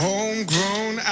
Homegrown